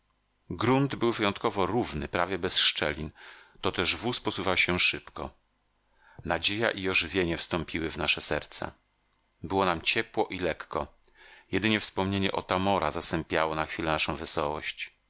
grunt był wyjątkowo równy prawie bez szczelin to też wóz posuwał się szybko nadzieja i ożywienie wstąpiły w nasze serca było nam ciepło i lekko jedynie wspomnienie otamora zasępiało na chwilę naszą wesołość